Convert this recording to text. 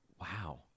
Wow